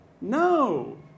No